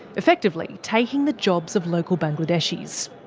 effectively taking the jobs of local bangladeshis.